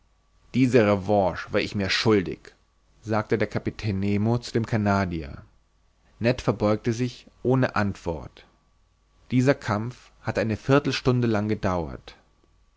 diese revanche war ich mir schuldig sagte der kapitän nemo zu dem canadier ned verbeugte sich ohne antwort dieser kampf hatte eine viertelstunde lang gedauert